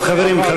חברים,